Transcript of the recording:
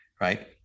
right